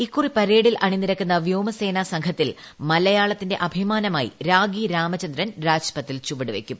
ഇക്കുറി പരേഡിൽ അണിനിരക്കുന്ന വ്യോമസേനാ സംഘത്തിൽ മലയാളത്തിന്റെ അഭിമാനമായി രാഗി രാമചന്ദ്രൻ രാജ്പഥിൽ ചുവടുവയ്ക്കും